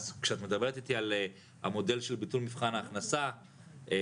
אז כשאת מדברת איתי על המודל של ביטול מבחן ההכנסה ועל